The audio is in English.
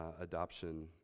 adoption